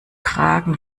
kragen